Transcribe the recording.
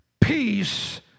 peace